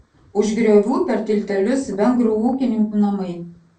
už griovių per tiltelius vengrų ūkininkų namai